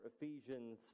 Ephesians